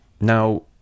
Now